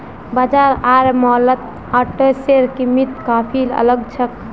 बाजार आर मॉलत ओट्सेर कीमत काफी अलग छेक